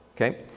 okay